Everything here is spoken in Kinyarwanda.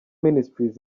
ministries